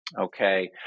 Okay